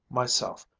myself,